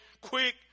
quick